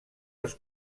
els